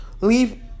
leave